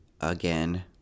again